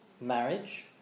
marriage